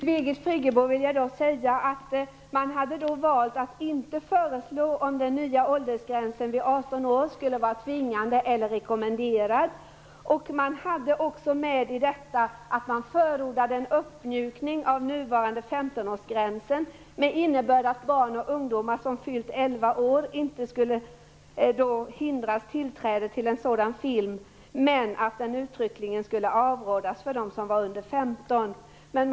Fru talman! Jag vill säga till Birgit Friggebo att man hade valt att inte föreslå om den nya åldersgränsen på 18 år skulle vara tvingande eller rekommenderad. Man förordade också en uppmjukning av den nuvarande 15-årsgränsen, med innebörd att barn och ungdomar som fyllt 11 år inte skulle vägras tillträde till en film med den gränsen men att de som var under 15 år uttryckligen skulle avrådas.